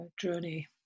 journey